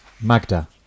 Magda